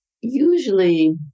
Usually